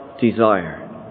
desire